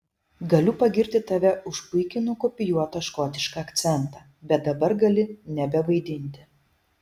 galiu pagirti tave už puikiai nukopijuotą škotišką akcentą bet dabar gali nebevaidinti